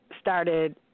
started